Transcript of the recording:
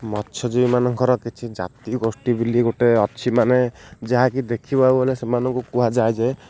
ମତ୍ସ୍ୟଜୀବିମାନଙ୍କର କିଛି ଜାତି ଗୋଷ୍ଠୀ ବ ବୋଲି ଗୋଟେ ଅଛି ମାନେ ଯାହାକି ଦେଖିବାକୁ ଗଲେ ସେମାନଙ୍କୁ କୁହାଯାଏ ଯେ